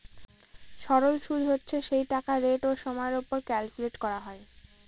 সরল সুদ হচ্ছে সেই টাকার রেট ও সময়ের ওপর ক্যালকুলেট করা হয়